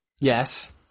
Yes